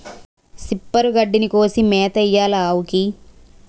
సిప్పరు గడ్డిని కోసి మేతెయ్యాలావుకి